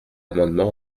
amendement